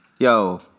Yo